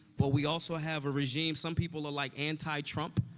but we also have a regime some people are, like, anti-trump,